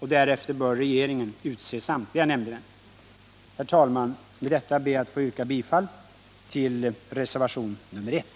Därefter bör regeringen utse samtliga nämndemän. Herr talman! Med detta ber jag att få yrka bifall till reservationen 1.